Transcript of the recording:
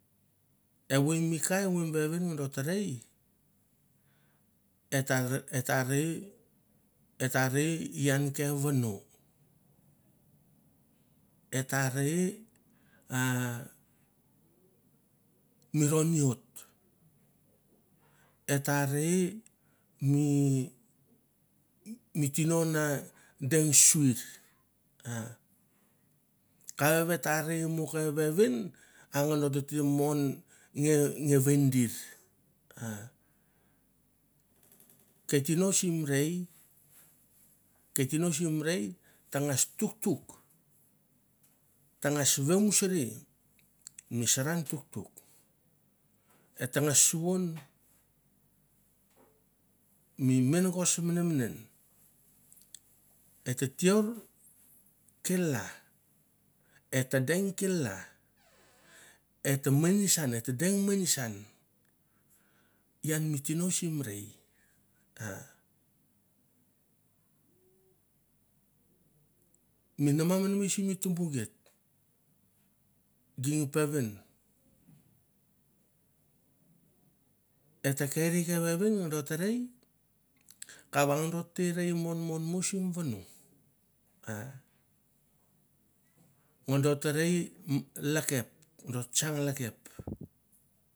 Evoi mi ka evoi mi vevin do ta rei, et ta rei, et ta rei ian ke vono, et ta rei a mi roni ot, et ta rei mi tino na deng suir a kavava et ta rei mo ke vevin ang do tete mon nge vendir a, ke tino sim rei ke tino sim rei tangas tuktuk, tangas vemusuri mi saran tuktuk, et tanga suvon mi menagos menemenem. e ta teur kel- la et ta deng kel- la, et ta minesan, et ta deng minisna ian mi tino peven et te keri ke vevin do ta rei, kava dot te rei mon mon mo sim vono, ah do ta rei lekep dot ta tsang lekep.